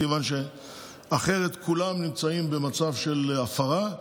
כיוון שאחרת כולם נמצאים במצב של הפרה.